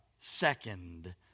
second